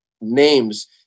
names